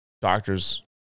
doctor's